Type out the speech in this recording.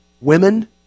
Women